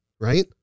right